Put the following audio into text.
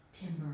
timber